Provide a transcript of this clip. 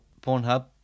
Pornhub